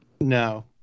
no